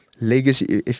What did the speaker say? legacy